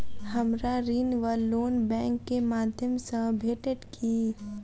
हमरा ऋण वा लोन बैंक केँ माध्यम सँ भेटत की?